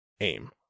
aim